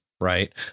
right